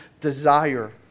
desire